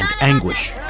anguish